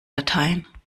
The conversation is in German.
latein